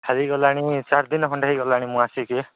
ହେଇଗଲାଣି ଚାରି ଦିନ ଖଣ୍ଡେ ହେଇଗଲାଣି ମୁଁ ଆସିଛି